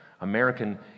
American